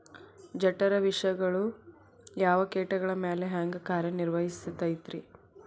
ಜಠರ ವಿಷಗಳು ಯಾವ ಕೇಟಗಳ ಮ್ಯಾಲೆ ಹ್ಯಾಂಗ ಕಾರ್ಯ ನಿರ್ವಹಿಸತೈತ್ರಿ?